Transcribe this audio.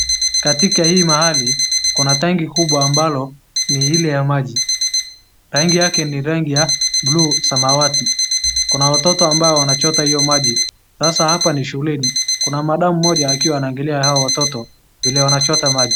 Katika hii mahali kuna tangi kubwa ambalo ni hili ya maji. Rangi yake ni rangi ya bluu samawati. Kuna watoto ambaye wanachota hiyo maji. Sasa hapa ni shuleni. Kuna madam mmoja akiwa anangalia hawa watoto vile wanachota maji.